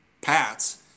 Pats